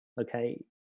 Okay